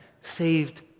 saved